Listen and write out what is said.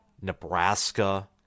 Nebraska